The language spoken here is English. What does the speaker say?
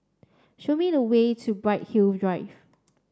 show me the way to Bright Hill Drive